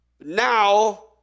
Now